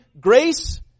grace